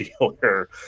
dealer